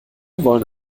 wollen